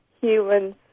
humans